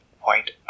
white